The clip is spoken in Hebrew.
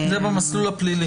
זה במסלול הפלילי.